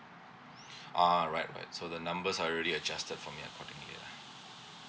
ah right right so the numbers are already adjusted from it accordingly lah